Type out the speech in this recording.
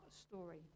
story